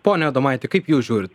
pone adomaiti kaip jūs žiūrit